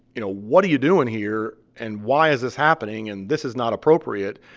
you know, what are you doing here? and why is this happening? and this is not appropriate.